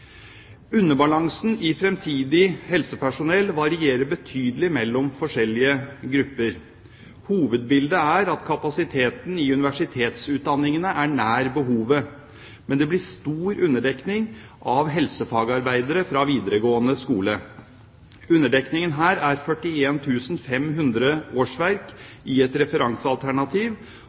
Underbalansen i fremtidig helsepersonell varierer betydelig mellom forskjellige grupper. Hovedbildet er at kapasiteten i universitetsutdanningene er nær behovet, mens det blir stor underdekning av helsefagarbeidere fra videregående skole. Underdekningen her er 41 500 årsverk i et referansealternativ.